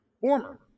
former